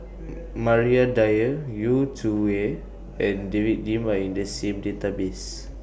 Maria Dyer Yu Zhuye and David Lim Are in The same Database